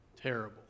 Terrible